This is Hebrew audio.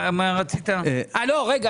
מה רצית לא רגע,